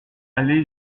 allée